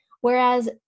Whereas